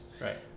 Right